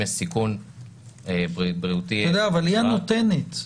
יש סיכון בריאותי --- אבל היא הנותנת.